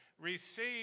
receive